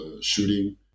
shooting